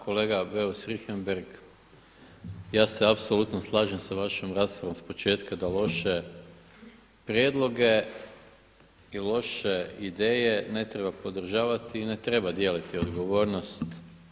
Kolega Beus Richembergh, ja se apsolutno slažem sa vašom raspravom s početaka da loše prijedloge i loše ideje ne treba podržavati i ne treba dijeliti odgovornost.